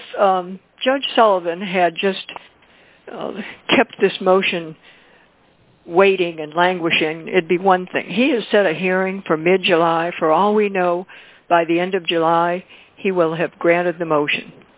if judge sullivan had just kept this motion waiting and languishing it be one thing he has set a hearing for mid july for all we know by the end of july he will have granted the motion